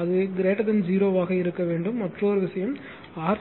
அது 0 ஆக இருக்க வேண்டும் மற்றொரு விஷயம் ஆர்